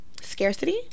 scarcity